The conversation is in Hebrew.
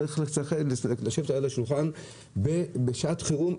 צריך לשבת ליד השולחן בשעת חירום,